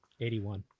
81